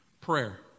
Prayer